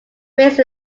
raised